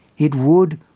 it would,